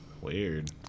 Weird